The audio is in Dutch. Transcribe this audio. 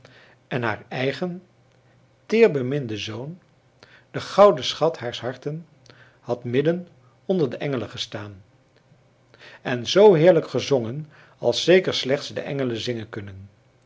en haar eigen teerbeminde zoon de gouden schat haars harten had midden onder de engelen gestaan en zoo heerlijk gezongen als zeker slechts de engelen zingen kunnen